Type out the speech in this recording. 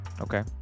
Okay